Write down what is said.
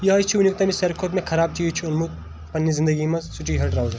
یِہٕے چھُ ؤنیُک تانۍ مےٚ سارِوٕے کھۄتہٕ خراب چیٖز چھُ اوٚنمُت پننہِ زندگی منٛز سُہ چھِ یِہَے ٹراوزر